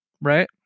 right